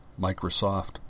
Microsoft